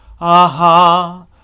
Aha